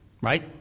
Right